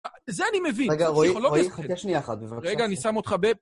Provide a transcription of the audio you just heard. זה אני מבין. רגע, רוי, רוי, חכה שנייה אחת בבקשה. רגע, אני שם אותך ב...